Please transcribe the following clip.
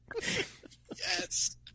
Yes